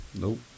Nope